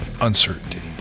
uncertainty